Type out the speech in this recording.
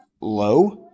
low